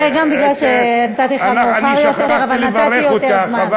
גם כי נתתי לך, שכחתי לברך אותך.